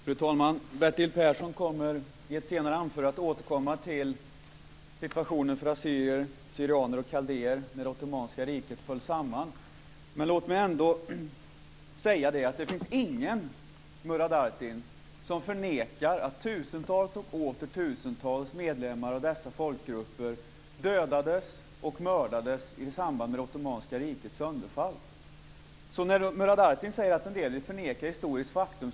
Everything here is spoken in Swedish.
Fru talman! Bertil Persson kommer i ett senare anförande att återkomma till situationen för assyrier/syrianer och kaldéer när Ottomanska riket föll samman. Låt mig ändå säga att det finns ingen, Murad Artin, som förnekar att tusentals och åter tusentals medlemmar av dessa folkgrupper dödades och mördades i samband med Ottomanska rikets sönderfall. Det är fullständigt felaktigt när Murad Artin säger att en del vill förneka ett historiskt faktum.